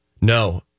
No